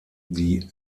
die